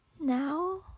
Now